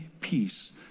peace